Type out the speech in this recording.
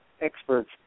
experts